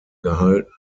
gehalten